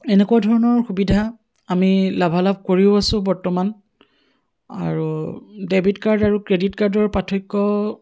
এনেকুৱা ধৰণৰ সুবিধা আমি লাভালাভ কৰিও আছোঁ বৰ্তমান আৰু ডেবিট কাৰ্ড আৰু ক্ৰেডিট কাৰ্ডৰ পাৰ্থক্য